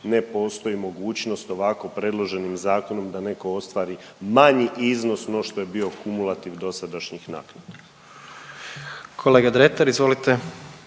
ne postoji mogućnost ovako predloženim zakonom da netko ostvari manji iznos ono što je bio kumulativ dosadašnjih naknada. **Jandroković,